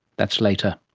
that's later.